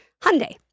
Hyundai